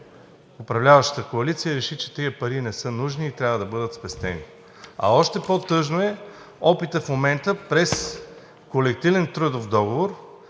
управляващата коалиция реши, че тези пари не са нужни и трябва да бъдат спестени? А още по-тъжен е опитът в момента през колективен трудов договор